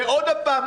עוד פעם,